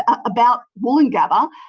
but about woolloongabba,